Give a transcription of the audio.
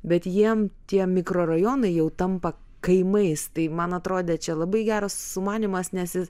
bet jiem tie mikrorajonai jau tampa kaimais tai man atrodė čia labai geras sumanymas nes